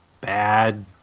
bad